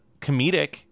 comedic